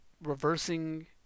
reversing